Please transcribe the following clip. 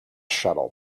shuttle